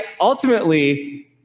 Ultimately